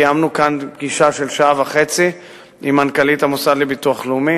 קיימנו כאן פגישה של שעה וחצי עם מנכ"לית המוסד לביטוח לאומי,